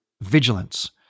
vigilance